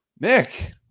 Nick